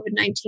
COVID-19